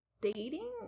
dating